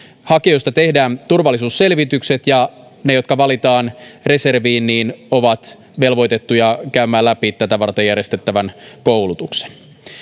hakijoista tehdään turvallisuusselvitykset ja ne jotka valitaan reserviin ovat velvoitettuja käymään läpi tätä varten järjestettävän koulutuksen